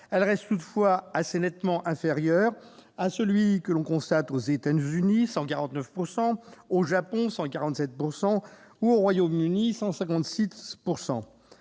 il reste toutefois assez nettement inférieur à celui que l'on constate aux États-Unis- 149 % du PIB -, au Japon -147 % -ou au Royaume-Uni- 156 %.